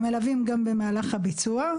הם מלווים גם במהלך הביצוע,